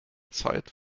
zeit